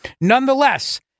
Nonetheless